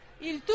Il